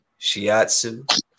shiatsu